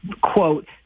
quote